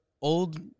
Old